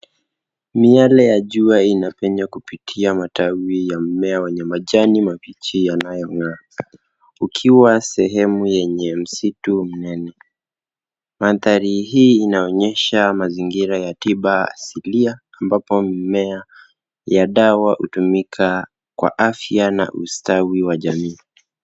Miale ya jua inapenya kupitia matawi ya mmea wenye majani mabichi yanayong'aa. Ukiwa sehemu yenye msitu mnene. Mandhari hii inaonyesha mazingira ya tiba asilia, ambapo mimea ya dawa hutumika kwa afya na ustawi wa jamii.